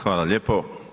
Hvala lijepo.